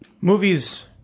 Movies